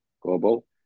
global